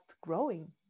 growing